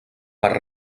per